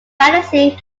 balancing